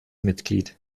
mitglied